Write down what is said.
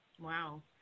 Wow